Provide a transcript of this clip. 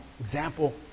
example